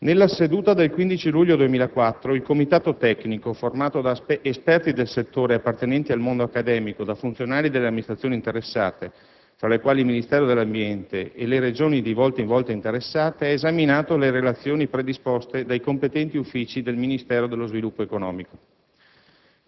Nella seduta del 15 luglio 2004, il comitato tecnico, formato da esperti del settore appartenenti al mondo accademico, da funzionari delle amministrazioni interessate, fra le quali il Ministero dell' ambiente e le Regioni di volta in volta interessate, ha esaminato le relazioni predisposte dai competenti uffici del Ministero dello sviluppo economico,